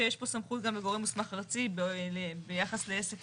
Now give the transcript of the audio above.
שיש פה סמכות גם לגורם מוסמך ארצי ביחס לעסק